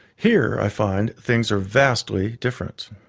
here, i find, things are vastly different.